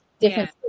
Different